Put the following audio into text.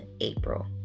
April